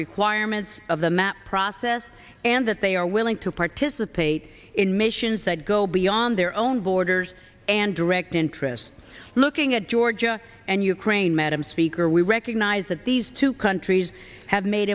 requirements of the map process and that they are willing to participate in missions that go beyond their own borders and direct interests looking at georgia and ukraine madam speaker we recognize that these two countries have made